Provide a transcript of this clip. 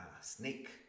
snake